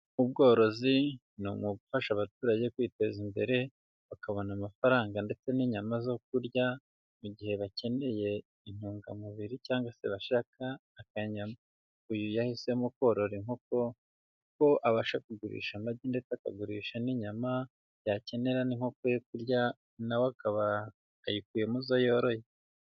Ubworozi ni umwuga ufasha abaturage kwiteza imbere bakabona amafaranga ndetse n'inyama zo kurya mu gihe bakeneye intungamubiri cyangwa se bashaka akanyama, uyu yahisemo korora inkoko kuko abasha kugurisha amagi ndetse akagurisha n'inyama, yakenera n'inkoko yo kurya nawe akaba ayikuye mu zo yoroye.